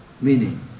Meaning